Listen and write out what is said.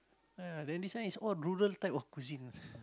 ah then this one is all rural type of cuisine